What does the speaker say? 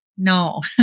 No